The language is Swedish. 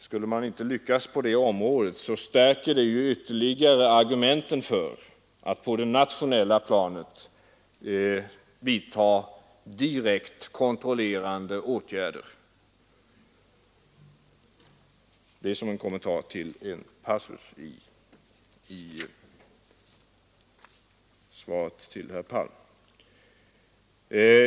Skulle man inte lyckas på detta område, stärker det ytterligare argumenten för att på det nationella planet vidta direkt kontrollerande åtgärder. — Detta sagt som en kommentar till en passus i svaret till herr Palm.